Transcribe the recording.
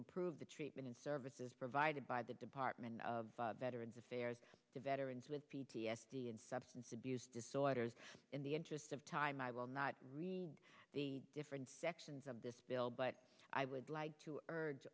improve the treatment and services provided by the department of veterans affairs to veterans with p t s d and substance abuse disorders in the interest of time i will not read the different sections of this bill but i would like to urge